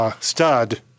Stud